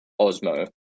Osmo